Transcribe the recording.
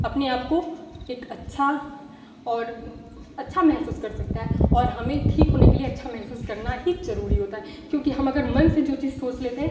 अपने आपको एक अच्छा और अच्छा महसूस कर सकता है और हमें ठीक होने के लिए अच्छा महसूस करना ही जरूरी होता है क्योंकि हम अगर मन से जो चीज़ सोच लेते हैं